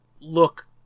look